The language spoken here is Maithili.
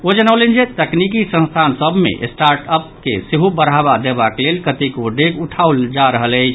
ओ जनौलनि जे तकनीकी संस्थान सभ मे स्टार्ट अप के सेहो बढ़ावा देबाक लेल कतेको डेग उठाओल जा रहल अछि